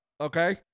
Okay